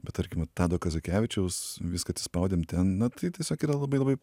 bet tarkim vat tado kazakevičiaus viską atsispaudėm na tai tiesiog yra labai labai